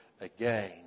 again